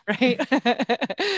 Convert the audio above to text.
right